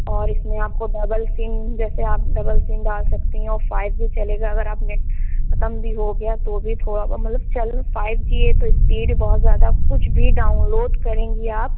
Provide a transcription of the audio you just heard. اور اِس میں آپ کو ڈبل سیم جیسے آپ ڈبل سیم ڈال سکتی ہیں اور فائیو جی چلے گا اگر آپ نیٹ ختم بھی ہو گیا تو بھی تھوڑا بہت مطلب چل فائیو جی ہے تو اسپیڈ بہت زیادہ کچھ بھی ڈاؤن لوڈ کریں گی آپ